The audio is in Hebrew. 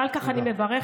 ועל כך אני מברכת.